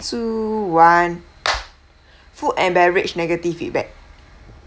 two one food and beverage negative feedback